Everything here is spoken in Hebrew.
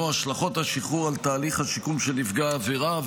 השלכות השחרור על תהליך השיקום של נפגע העבירה,